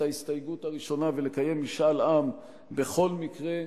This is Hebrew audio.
ההסתייגות הראשונה ולקיים משאל עם בכל מקרה,